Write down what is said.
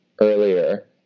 earlier